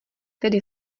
tedy